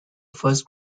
first